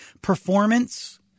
performance